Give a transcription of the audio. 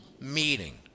meeting